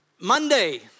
Monday